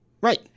Right